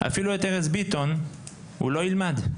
אפילו את ארז ביטון הוא לא ילמד.